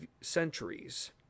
centuries